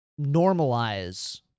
normalize